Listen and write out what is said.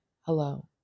hello